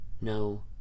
no